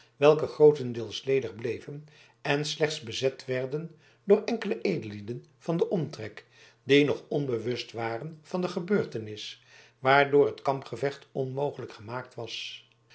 welke grootendeels ledig bleven en slechts bezet werden door enkele edellieden van den omtrek die nog onbewust waren van de gebeurtenis waardoor het kampgevecht onmogelijk gemaakt was